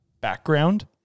background